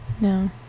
No